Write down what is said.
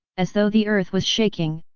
as though the earth was shaking,